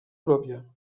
pròpia